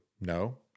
No